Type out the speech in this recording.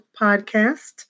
Podcast